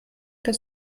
das